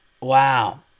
wow